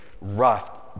rough